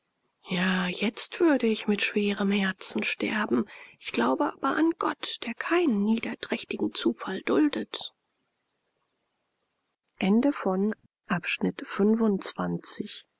ja jetzt würde ich mit schwerem herzen sterben ich glaube aber an gott der keinen niederträchtigen zufall duldet